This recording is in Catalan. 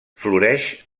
floreix